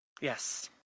Yes